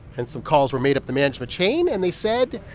and some calls were made up the management chain, and they said,